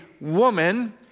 woman